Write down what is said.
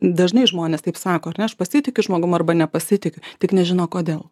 dažnai žmonės taip sako ar ne aš pasitikiu žmogum arba nepasitikiu tik nežinau kodėl